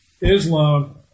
Islam